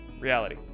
reality